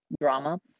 drama